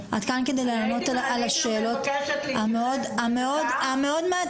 אני הייתי מבקשת להתייחס בדקה --- את כדי לענות על השאלות המאוד